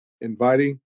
inviting